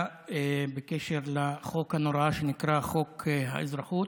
בקשר לחוק הנורא שנקרא "חוק האזרחות".